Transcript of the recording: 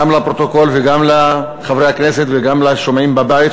גם לפרוטוקול וגם לחברי הכנסת וגם לשומעים בבית,